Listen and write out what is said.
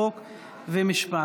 חוק ומשפט.